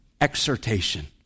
exhortation